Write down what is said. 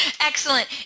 Excellent